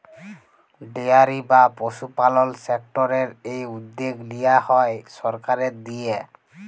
dairy বা পশুপালল সেক্টরের এই উদ্যগ লিয়া হ্যয় সরকারের দিঁয়ে